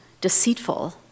deceitful